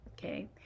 okay